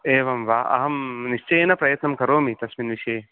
एवं वा अहं निश्चयेन प्रयत्नं करोमि तस्मिन् विषये